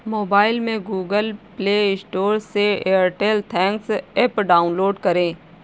mobile में Google play store से Airtel thanks app download करें